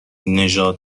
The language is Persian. نژاد